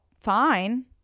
fine